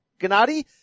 Gennady